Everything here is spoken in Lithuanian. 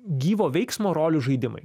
gyvo veiksmo rolių žaidimai